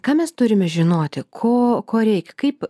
ką mes turime žinoti ko ko reik kaip